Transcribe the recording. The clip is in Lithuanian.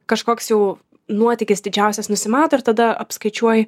kažkoks jau nuotykis didžiausias nusimato ir tada apskaičiuoji